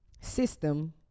system